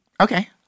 Okay